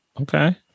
Okay